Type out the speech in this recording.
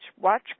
Watch